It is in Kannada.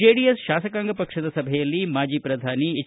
ಜೆಡಿಎಸ್ ಶಾಸಕಾಂಗ ಪಕ್ಷದ ಸಭೆಯಲ್ಲಿ ಮಾಜಿ ಶ್ರಧಾನಿ ಎಚ್